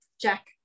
jack